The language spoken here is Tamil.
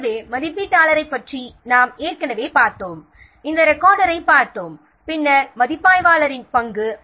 எனவே மதிப்பீட்டாளரைப் பற்றி நாங்கள் ஏற்கனவே பார்த்தோம் இந்த ரெக்கார்டரைப் பார்த்தோம் பின்னர் மதிப்பாய்வாளரின் பங்கு